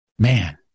man